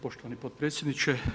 Poštovani potpredsjedniče.